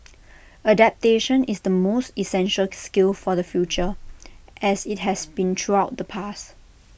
adaptation is the most essential skill for the future as IT has been throughout the past